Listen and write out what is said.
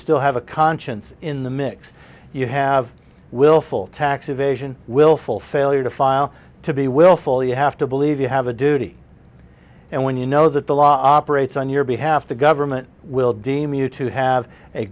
still have a conscience in the mix you have willful tax evasion willful failure to file to be willful you have to believe you have a duty and when you know that the law operates on your behalf the government will deem you to have a